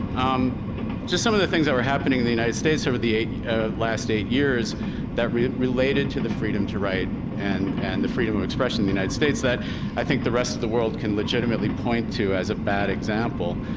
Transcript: um just some of the things that were happening in the united states over the last eight years that related to the freedom to write and and the freedom of expression in the united states that i think the rest of the world can legitimately point to as a bad example.